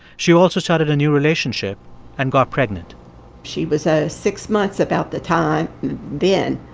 she also started a new relationship and got pregnant she was ah six months about the time then.